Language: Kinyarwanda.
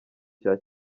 cya